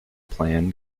plan